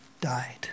died